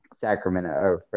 Sacramento